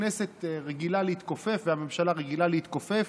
הכנסת רגילה להתכופף והממשלה רגילה להתכופף,